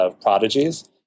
prodigies